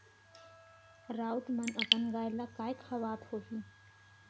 राउत मन अपन गाय ल काय खवावत होहीं